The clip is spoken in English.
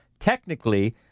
Technically